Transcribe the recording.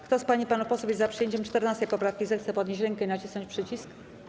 Kto z pań i panów posłów jest za przyjęciem 14. poprawki, zechce podnieść rękę i nacisnąć przycisk.